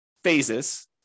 phases